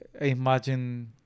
imagine